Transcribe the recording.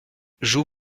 joue